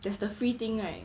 there's the free thing right